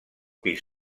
pis